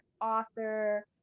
author